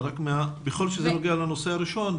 ככל שזה נוגע לנושא הראשון,